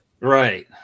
Right